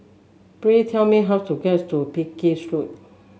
please tell me how to get to Pekin Street